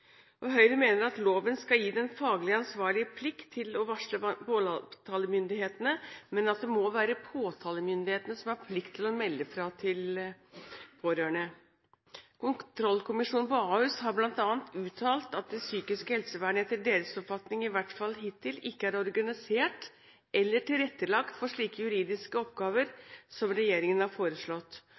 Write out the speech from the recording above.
Høyre mener at loven skal gi den faglig ansvarlige plikt til å varsle påtalemyndighetene, men at det må være påtalemyndighetene som har plikt til å melde fra til pårørende. Kontrollkommisjonen på Ahus har bl.a. uttalt at det psykiske helsevernet etter deres oppfatning – i hvert fall hittil – ikke er organisert eller tilrettelagt for slike juridiske oppgaver som regjeringen har foreslått.